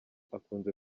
akunze